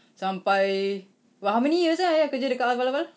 sampai about how many years eh ayah kerja dekat alfa laval